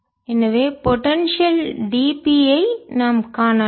எனவே potential d p ஐ நாம் காணலாம்